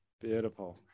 beautiful